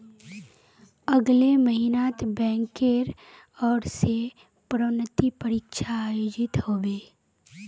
अगले महिनात बैंकेर ओर स प्रोन्नति परीक्षा आयोजित ह बे